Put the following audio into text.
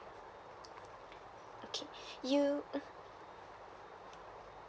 okay you mm